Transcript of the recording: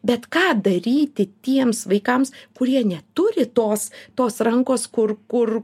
bet ką daryti tiems vaikams kurie neturi tos tos rankos kur kur